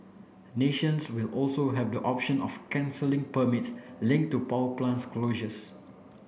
nations will also have the option of cancelling permits linked to power plant closures